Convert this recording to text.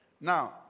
Now